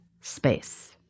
space